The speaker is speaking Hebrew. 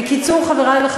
ואמרו לי שהיא לא מצאה מקום,